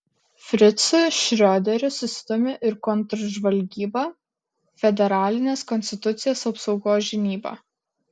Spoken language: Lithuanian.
fricu šrioderiu susidomi ir kontržvalgyba federalinės konstitucijos apsaugos žinyba